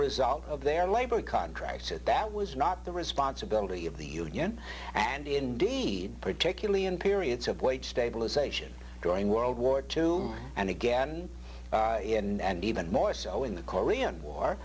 result of their labor contracts that was not the responsibility of the union and indeed particularly in periods of weight stabilization during world war two and again and even more so in the korean war